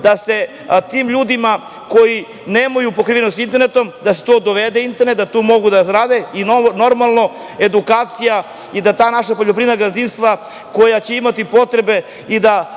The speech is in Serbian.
da se tim ljudima koji nemaju pokrivenost internetom, da se tu dovede internet, da mogu da rade i, normalno, edukacija i da ta naša poljoprivredna gazdinstva koja će imati potrebe i da